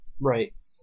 Right